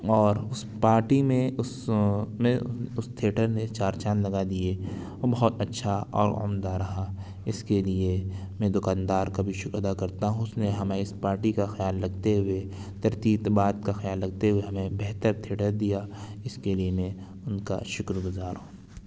اور اس پارٹی میں اس میں اس تھیٹر نے چار چاند لگا دیے وہ بہت اچھا اور عمدہ رہا اس کے لیے میں دکاندار کا بھی شکر ادا کرتا ہوں اس نے ہمیں اس پارٹی کا خیال رکھتے ہوئے ترتیبات کا خیال رکھتے ہوئے ہمیں بہتر تھیٹر دیا اس کے لیے میں ان کا شکر گزار ہوں